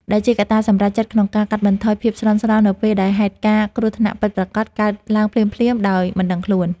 ដែលជាកត្តាសម្រេចចិត្តក្នុងការកាត់បន្ថយភាពស្លន់ស្លោនៅពេលដែលហេតុការណ៍គ្រោះថ្នាក់ពិតប្រាកដកើតឡើងភ្លាមៗដោយមិនដឹងខ្លួន។